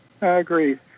Agreed